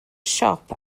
siop